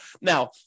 Now